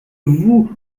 vous